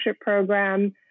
Program